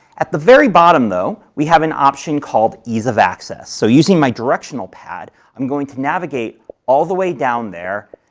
at the very bottom, though, we have an option called ease of access, so, using my directional pad, i'm going to navigate all the way down there,